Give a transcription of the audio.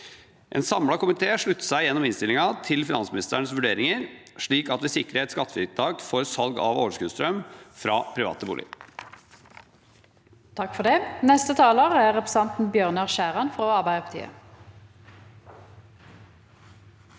En samlet komité slutter seg gjennom innstillingen til finansministerens vurderinger, slik at vi sikrer et skattefritak for salg av overskuddsstrøm fra private boliger.